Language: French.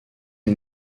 est